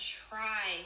try